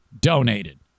donated